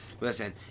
Listen